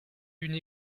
d’une